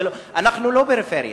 אנחנו לא פריפריה,